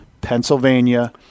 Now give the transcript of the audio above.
Pennsylvania